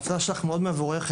ההצעה שלך מאוד מבורכת.